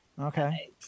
okay